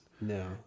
No